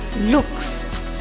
looks